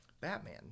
Batman